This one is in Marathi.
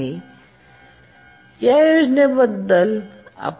पाठवणे ही एक योजनाबद्ध आकृती आहे